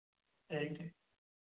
ठीक है